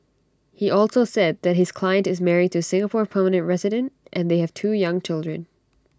he also said that his client is married to Singapore permanent resident and they have two young children